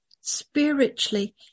Spiritually